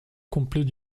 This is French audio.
complet